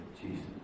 Jesus